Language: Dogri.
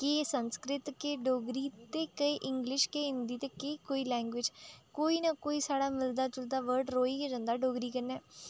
केह् संस्कृत केह् डोगरी ते केह् इंग्लिश केह् हिंदी ते केह् कोई लैंग्वेज़ कोई ना कोई साढ़ा मिलदा जुलदा वर्ड रेही गै जंदा डोगरी कन्नै